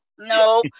No